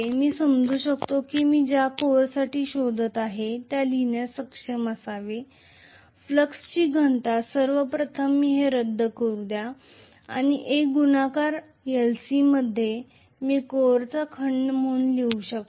मी समजू शकतो की मी ज्या कोरेसाठी शोधत आहे त्या लिहिण्यास सक्षम असावे फ्लक्सची घनता सर्व प्रथम मी हे रद्द करू या आणि A गुणाकार lc मध्ये मी कोरचा खंड म्हणून लिहू शकतो